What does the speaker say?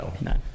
no